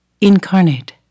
incarnate